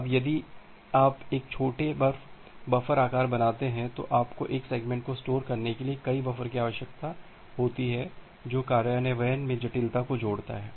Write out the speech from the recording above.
अब यदि आप एक छोटे बफर आकार बनाते हैं तो आपको एक सेगमेंट को स्टोर करने के लिए कई बफ़र्स की आवश्यकता होती है जो कार्यान्वयन में जटिलता को जोड़ता है